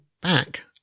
back